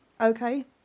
okay